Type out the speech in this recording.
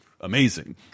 amazing